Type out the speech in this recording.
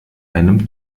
einem